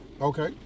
Okay